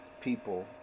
people